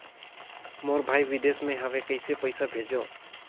मोर भाई विदेश मे हवे कइसे पईसा भेजो?